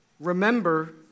Remember